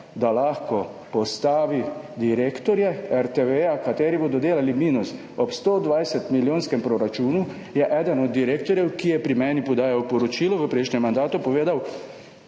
da lahko postavi direktorje RTV, kateri bodo delali minus. Ob 120 milijonskem proračunu, je eden od direktorjev, ki je pri meni podajal poročilo v prejšnjem mandatu povedal,